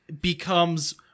becomes